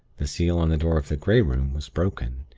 the seal on the door of the grey room was broken,